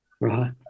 Right